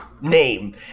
name